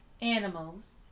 animals